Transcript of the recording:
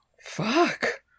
Fuck